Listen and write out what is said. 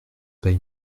paye